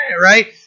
Right